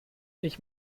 ich